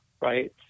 Right